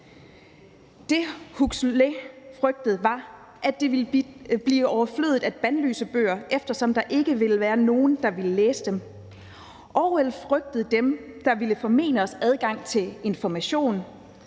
Det, Huxley frygtede, var, at det ville blive overflødigt at bandlyse bøger, eftersom der ikke ville være nogen, der ville læse dem. Orwell frygtede dem, der ville formene os adgang til information.